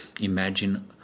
Imagine